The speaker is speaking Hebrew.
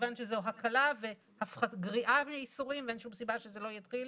כיוון שזו הקלה וגריעה מאיסורים ואין שום סיבה שזה לא יתחיל